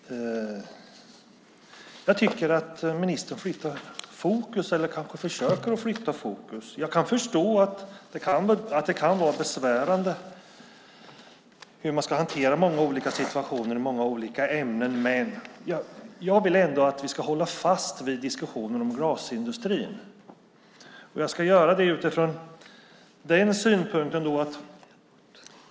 Herr talman! Jag tycker att ministern flyttar eller försöker flytta fokus. Jag kan förstå att det kan vara besvärligt att hantera många olika situationer och ämnen, men jag vill ändå att vi håller fast vid diskussionen om glasindustrin. Jag ska göra det utifrån följande synpunkt.